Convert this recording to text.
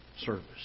service